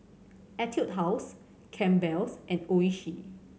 Etude House Campbell's and Oishi